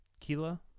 Kila